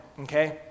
Okay